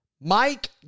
Mike